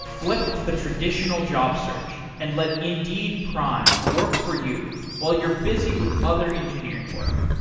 flip the traditional job search and let indeed prime work for you while you're busy with other engineering work,